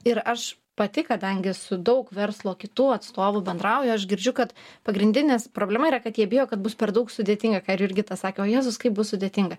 ir aš pati kadangi esu daug verslo kitų atstovų bendrauju aš girdžiu kad pagrindinis problema yra kad jie bijo kad bus per daug sudėtinga jurgita sakė o jėzus kaip bus sudėtinga